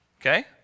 Okay